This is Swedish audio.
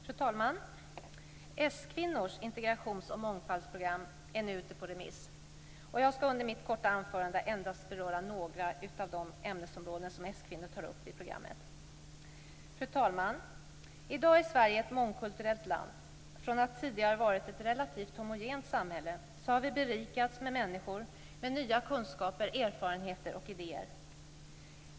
Fru talman! S-kvinnors integrations och mångfaldsprogram är nu ute på remiss. Jag ska under mitt korta anförande endast beröra några av de ämnesområden som s-kvinnor tar upp i programmet. Fru talman! I dag är Sverige ett mångkulturellt land. Från att tidigare ha varit ett relativt homogent samhälle har vi berikats med människor med nya kunskaper, erfarenheter och idéer.